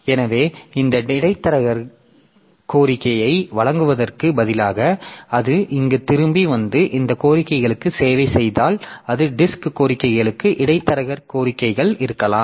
எனவே இந்த இடைத்தரகர் கோரிக்கையை வழங்குவதற்குப் பதிலாக அது இங்கு திரும்பி வந்து இந்த கோரிக்கைகளுக்கு சேவை செய்தால் அது டிஸ்க் கோரிக்கைகளுக்கு இடைத்தரகர் கோரிக்கைகள் இருக்கலாம்